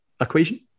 equation